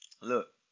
Look